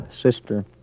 sister